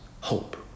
hope